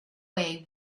way